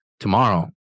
Tomorrow